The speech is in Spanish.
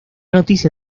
noticia